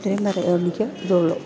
ഇത്രയേ പറയാനുള്ളൂ എനിക്ക് ഇതെയുള്ളു